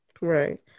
Right